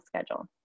schedule